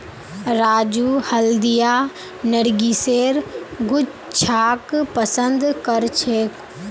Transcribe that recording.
राजू हल्दिया नरगिसेर गुच्छाक पसंद करछेक